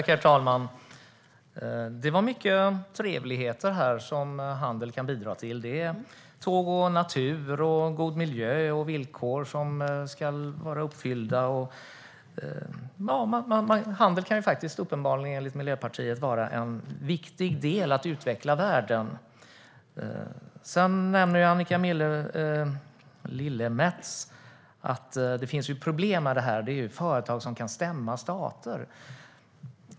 Herr talman! Det var mycket trevligheter som handel kan bidra till. Det är tåg, natur, god miljö och villkor som ska vara uppfyllda. Handel kan uppenbarligen, enligt Miljöpartiet, vara en viktig del i att utveckla världen. Annika Lillemets nämnde att det finns problem här, nämligen företag som kan stämma stater.